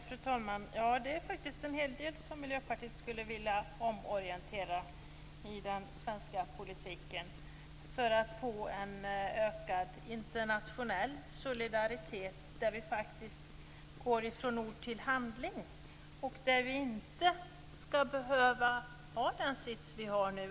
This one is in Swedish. Fru talman! Ja, det är faktiskt en hel del som vi i Miljöpartiet skulle vilja omorientera i den svenska politiken. Vi vill ha en ökad internationell solidaritet där man går från ord till handling och där man inte skall behöva ha den sits man har nu.